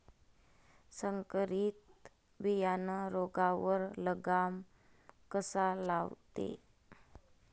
संकरीत बियानं रोगावर लगाम कसा लावते?